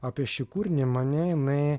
apie šį kūrinį mane jinai